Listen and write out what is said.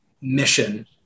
mission